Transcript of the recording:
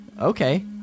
Okay